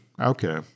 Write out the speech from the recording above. Okay